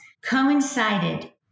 coincided